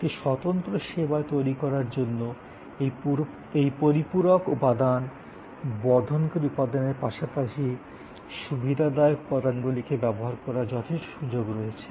একটি স্বতন্ত্র সেবা তৈরি করার জন্য এই পরিপূরক উপাদান বর্ধনকারী উপাদানের পাশাপাশি সুবিধাদায়ক উপাদানগুলিকে ব্যবহার করার যথেষ্ট সুযোগ রয়েছে